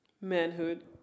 manhood